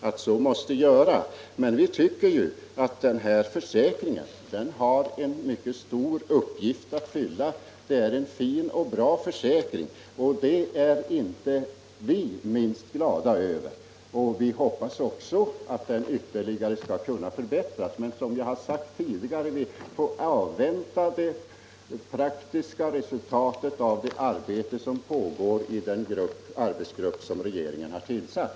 Vi tycker emellertid att denna försäkring har en mycket stor uppgift att fylla. Det är en viktig och bra försäkring, och det är inte minst vi socialdemokrater glada över. Vi hoppas också att den ytterligare skall kunna förbättras, men som jag sagt tidigare så får man avvakta det praktiska resultatet av det arbete som pågår i den arbetsgrupp som regeringen har tillsatt.